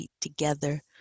together